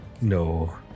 No